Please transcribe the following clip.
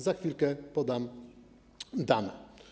Za chwilkę podam dane.